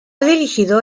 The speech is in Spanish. dirigido